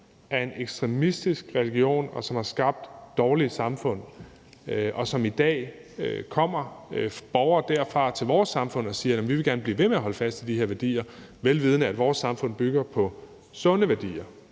af en ekstremistisk religion, og det har skabt dårlige samfund, og i dag kommer der borgere derfra til vores samfund og siger, at de gerne vil blive ved med at holde fast i de værdier, vel vidende at vores samfund bygger på sunde værdier.